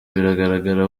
biragaragara